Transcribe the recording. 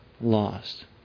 lost